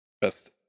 Best